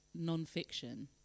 nonfiction